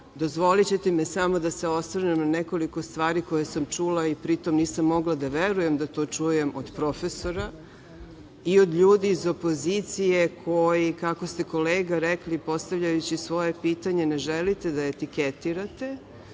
dozvolićete mi samo da se osvrnem na nekoliko stvari koje sam čula i pritom nisam mogla da verujem da to čujem od profesora i od ljudi iz opozicije koji, kako ste kolega rekli, postavljajući svoje pitanje, ne želite da etiketirate,